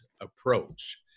approach